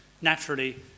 naturally